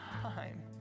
time